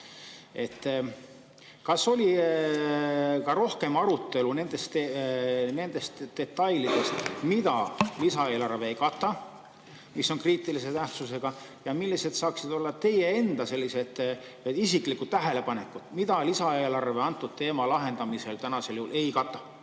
kas oli ka rohkem arutelu nende detailide kohta, mida lisaeelarve ei kata, aga mis on kriitilise tähtsusega? Ja millised võiksid olla teie enda tähelepanekud, mida lisaeelarve antud teema lahendamisel tänasel juhul ei kata?